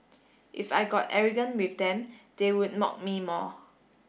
if I got arrogant with them they would mock me more